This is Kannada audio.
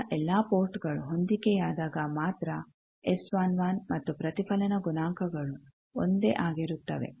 ಇತರ ಎಲ್ಲ ಪೋರ್ಟ್ಗಳು ಹೊಂದಿಕೆಯಾದಾಗ ಮಾತ್ರ ಎಸ್11 ಮತ್ತು ಪ್ರತಿಫಲನ ಗುಣಾಂಕಗಳು ಒಂದೇ ಆಗಿರುತ್ತವೆ